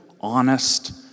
honest